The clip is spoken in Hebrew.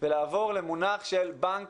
ולעבור למונח של בנק